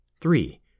Three